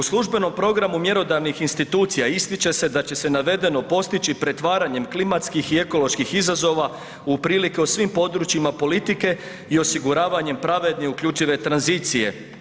U službenom programu mjerodavnih institucija ističe se da će se navedeno postići pretvaranjem klimatskih i ekoloških izazova otprilike u svim područjima politike i osiguravanjem pravedne i uključive tranzicije.